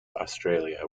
australia